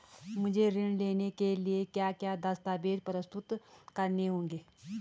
मुझे ऋण लेने के लिए क्या क्या दस्तावेज़ प्रस्तुत करने होंगे?